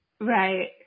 Right